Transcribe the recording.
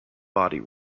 body